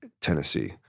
Tennessee